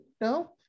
no